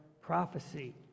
prophecy